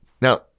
Now